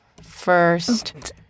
first